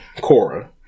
Cora